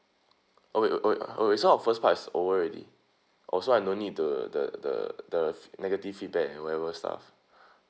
oh wait wait oh wait so our first part is over already oh so I no need to the the the the negative feedback and whatever stuff